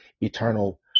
eternal